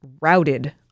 routed